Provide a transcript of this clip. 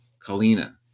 kalina